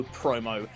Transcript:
promo